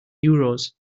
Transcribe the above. euros